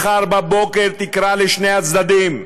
מחר בבוקר תקרא לשני הצדדים,